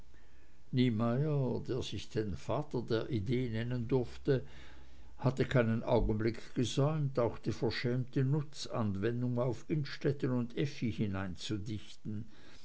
niemeyer der sich den vater der idee nennen durfte hatte keinen augenblick gesäumt auch die versäumte nutzanwendung auf innstetten und effi